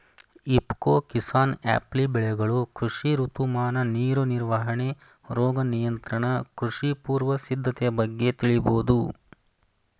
ಇಫ್ಕೊ ಕಿಸಾನ್ಆ್ಯಪ್ಲಿ ಬೆಳೆಗಳು ಕೃಷಿ ಋತುಮಾನ ನೀರು ನಿರ್ವಹಣೆ ರೋಗ ನಿಯಂತ್ರಣ ಕೃಷಿ ಪೂರ್ವ ಸಿದ್ಧತೆ ಬಗ್ಗೆ ತಿಳಿಬೋದು